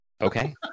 Okay